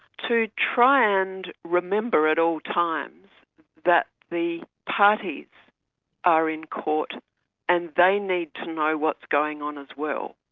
to try and remember at all times that the parties are in court and they need to know what's going on as well.